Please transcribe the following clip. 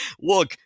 look